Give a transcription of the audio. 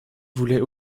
voulait